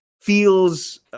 feels